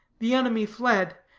the enemy fled,